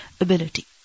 ability